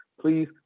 please